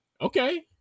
Okay